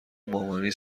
مامانی